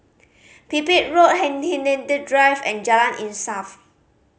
Pipit Road Hindhede Drive and Jalan Insaf